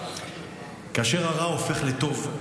כאשר הרע הופך לטוב,